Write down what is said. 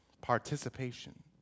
Participation